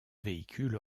véhicule